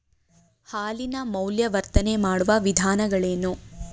ಹಾಲಿನ ಮೌಲ್ಯವರ್ಧನೆ ಮಾಡುವ ವಿಧಾನಗಳೇನು?